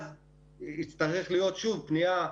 אז תצטרך להיות שוב פנייה.